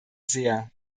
sehr